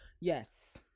Yes